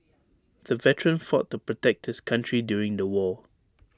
the veteran fought to protect his country during the war